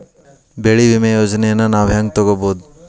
ಬೆಳಿ ವಿಮೆ ಯೋಜನೆನ ನಾವ್ ಹೆಂಗ್ ತೊಗೊಬೋದ್?